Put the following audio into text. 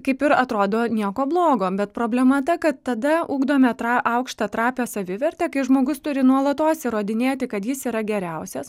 kaip ir atrodo nieko blogo bet problema ta kad tada ugdome tra aukštą trapią savivertę kai žmogus turi nuolatos įrodinėti kad jis yra geriausias